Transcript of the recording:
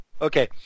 okay